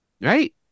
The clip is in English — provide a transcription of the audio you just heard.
Right